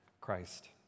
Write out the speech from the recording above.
Christ